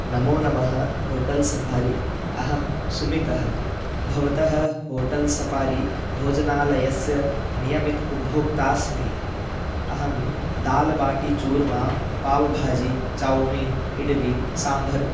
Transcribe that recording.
नमो नमः hotel safari अहं सुमितः भवतः होटल् सफ़ारि भोजनालयस्य नियमित् उपभोक्तास्मि अहं दालबाटीचूर्मा पाव्भाजी चौमिन् इड्ली साम्भर्